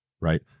right